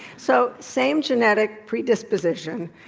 so, same genetic predisposition.